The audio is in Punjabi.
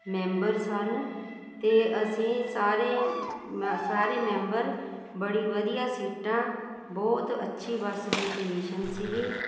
ਮੈਂਬਰ ਸਨ ਅਤੇ ਅਸੀਂ ਸਾਰੇ ਮ ਸਾਰੇ ਮੈਂਬਰ ਬੜੀ ਵਧੀਆ ਸੀਟਾਂ ਬਹੁਤ ਅੱਛੀ ਬੱਸ ਦੀ ਕੰਡੀਸ਼ਨ ਸੀਗੀ